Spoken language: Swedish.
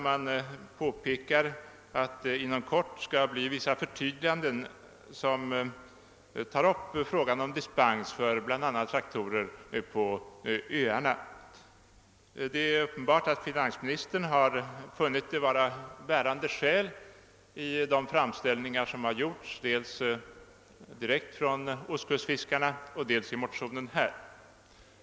Man påpekar att det inom kort skall göras vissa förtydliganden och att därvid frågan om dispens för bl.a. traktorer på öarna skall tas upp. Dei är uppenbart att finansministern funnit bärande skäl i de framställningar som gjorts dels av ostkustfiskarna, dels i motionen.